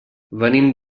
venim